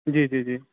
जी जी जी